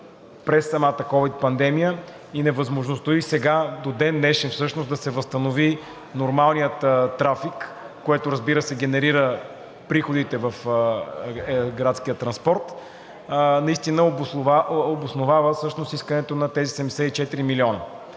през самата ковид пандемия и невъзможността до ден днешен да се възстанови нормалният трафик, което, разбира се, генерира приходите в градския транспорт, наистина обосновава всъщност искането на тези 74 милиона.